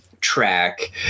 track